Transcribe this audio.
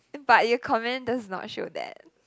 but your comment does not show that